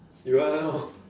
you